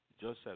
Joseph